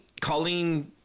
Colleen